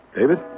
David